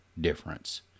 difference